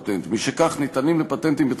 אמרתי: זה לא נכון.